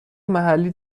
محلی